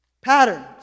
Patterns